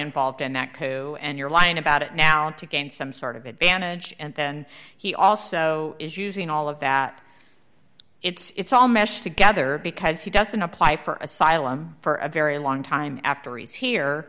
involved in that coup and you're lying about it now to gain some sort of advantage and then he also is using all of that it's all meshed together because he doesn't apply for asylum for a very long time afterwards here